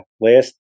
last